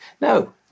No